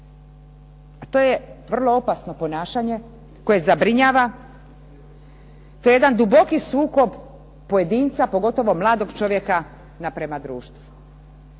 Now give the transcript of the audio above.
To je vrlo opasno ponašanje koje zabrinjava, to je jedan duboki sukob pojedinca, pogotovo mladog čovjeka naprema društvu.